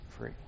free